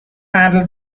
handle